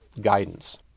guidance